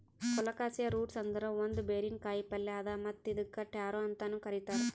colocasia roots ಅಂದುರ್ ಒಂದ್ ಬೇರಿನ ಕಾಯಿಪಲ್ಯ್ ಅದಾ ಮತ್ತ್ ಇದುಕ್ ಟ್ಯಾರೋ ಅಂತನು ಕರಿತಾರ್